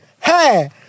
Hey